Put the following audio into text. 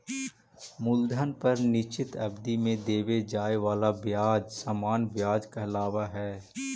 मूलधन पर निश्चित अवधि में देवे जाए वाला ब्याज सामान्य व्याज कहलावऽ हई